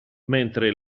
mentre